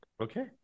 Okay